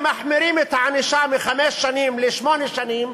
ומחמירים את הענישה לשמונה או תשע שנים,